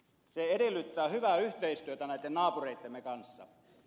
se edellyttää hyvää yhteistyötä näiden naapureittemme kanssa